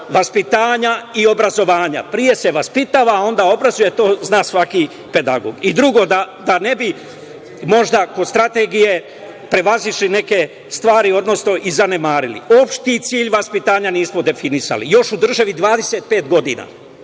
vaspitanja i obrazovanja. Pre se vaspitava, a onda obrazuje, to zna svaki pedagog.I drugo, da ne bi možda kod strategije prevazišli neke stvari, odnosno zanemarili, opšti cilj vaspitanja nismo definisali, još u državi, 25 godina.